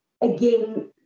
again